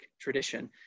tradition